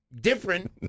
different